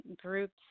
groups